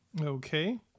Okay